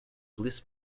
bliss